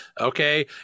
okay